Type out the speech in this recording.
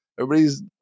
everybody's